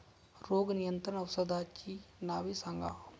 रोग नियंत्रण औषधांची नावे सांगा?